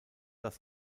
das